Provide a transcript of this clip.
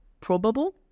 probable